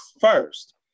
first